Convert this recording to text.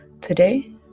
Today